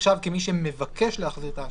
נחשב כמי שמבקש להחזיר את האשראי.